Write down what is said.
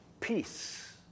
peace